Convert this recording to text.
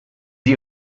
sie